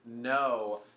no